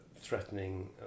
threatening